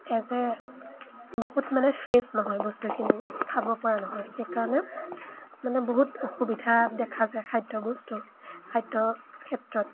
as এ বহুত মানে ফ্ৰেছ নহয় বস্তুখিনি খাবপৰা নহয় সেইকাৰণে মানে বহুত অসুবিধা দেখা যায় খাদ্যবস্তু খাদ্য ক্ষেত্ৰত